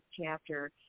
chapter